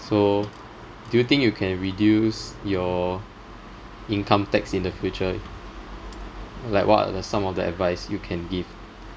so do you think you can reduce your income tax in the future like what are the some of the advice you can give